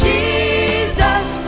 Jesus